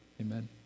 Amen